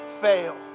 fail